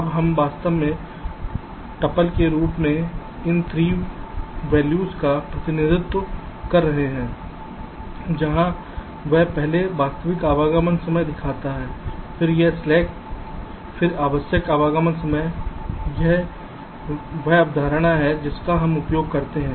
अब हम वास्तव में टापल के रूप में इस 3 मूल्यों का प्रतिनिधित्व कर रहे हैं जहां वह पहले वास्तविक आगमन समय दिखाता है फिर यह स्लैक फिर आवश्यक आगमन समय यह वह धारणा है जिसका हम उपयोग करते हैं